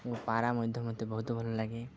ମୋ ପାରା ମଧ୍ୟ ମତେ ବହୁତ ଭଲ ଲାଗେ